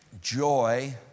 joy